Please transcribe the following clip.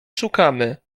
szukamy